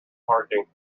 parking